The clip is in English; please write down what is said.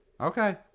Okay